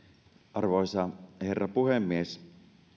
arvoisa herra puhemies